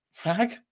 fag